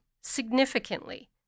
significantly